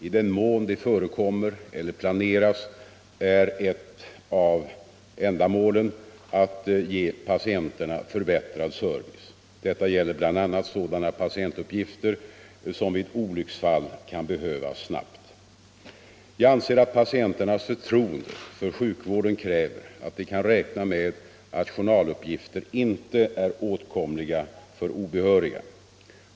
I den mån de förekommer eller planeras är ett av ändamålen att ge patienterna förbättrad service. Detta gäller bl.a. sådana patientuppgifter som vid olycksfall kan behövas snabbt. Jag anser att patienternas förtroende för sjukvården kräver att de kan räkna med att journaluppgifter inte är åtkomliga för obehöriga.